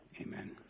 Amen